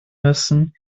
müssen